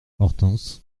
hortense